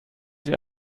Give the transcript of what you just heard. sie